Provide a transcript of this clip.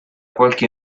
qualche